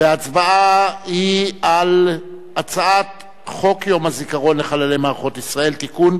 וההצבעה היא על הצעת חוק יום הזיכרון לחללי מערכות ישראל (תיקון,